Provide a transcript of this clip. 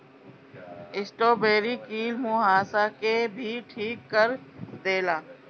strawberry कील मुंहासा के भी ठीक कर देला